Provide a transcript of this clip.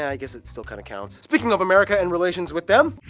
i guess it still kind of counts. speaking of america and relations with them,